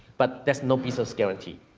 but there's no business guarantee.